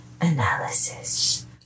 analysis